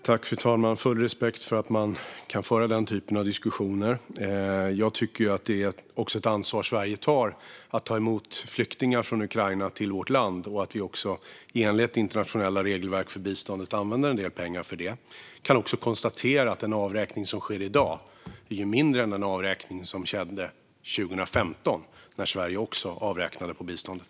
Fru talman! Jag har full respekt för att man kan föra den typen av diskussioner. Jag tycker också att Sverige tar ett ansvar när vi tar emot flyktingar från Ukraina till vårt land och att vi också i enlighet med internationella regelverk för biståndet använder en del pengar till det. Jag kan också konstatera att den avräkning som sker i dag är mindre än den avräkning som skedde 2015 då Sverige också gjorde en avräkning från biståndet.